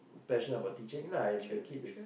passion about teaching lah and the kid is